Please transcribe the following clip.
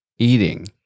eating